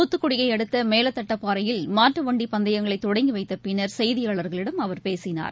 தூத்துக்குடி அடுத்த மேலத்தட்டபாறையில் மாட்டுவண்டி பந்தயங்களை தொடங்கி வைத்த பின்னர் செய்தியாளர்களிடம் அவர் பேசினார்